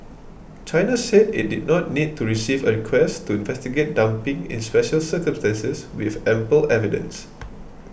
China said it did not need to receive a request to investigate dumping in special circumstances with ample evidence